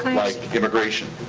like immigration.